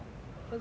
分手 liao